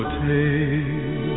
take